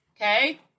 Okay